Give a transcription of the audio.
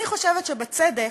אני חושבת שבצדק,